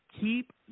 keep